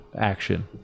action